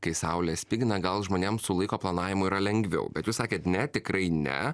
kai saulė spigina gal žmonėms su laiko planavimu yra lengviau bet jūs sakėt ne tikrai ne